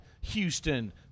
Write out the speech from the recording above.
Houston